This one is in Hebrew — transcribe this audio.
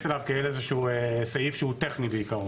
אליו כאל איזה סעיף שהוא טכני בעיקרון.